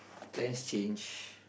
let's change